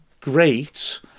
great